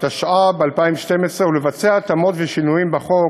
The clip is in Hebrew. התשע"ב 2012, ולבצע התאמות ושינויים בחוק